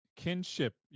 kinship